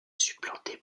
supplantée